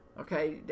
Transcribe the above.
Okay